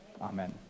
Amen